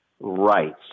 rights